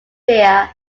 there